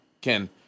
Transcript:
Ken